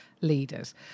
leaders